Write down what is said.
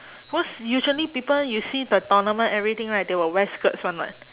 cause usually people you see the tournament everything right they will wear skirts [one] [what]